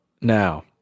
Now